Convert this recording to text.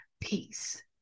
peace